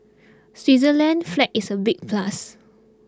Switzerland's flag is a big plus